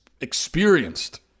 experienced